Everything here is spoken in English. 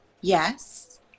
yes